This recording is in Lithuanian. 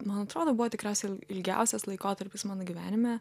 man atrodo buvo tikrasia ilgiausias laikotarpis mano gyvenime